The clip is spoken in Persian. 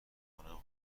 بکنم